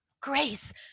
grace